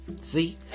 See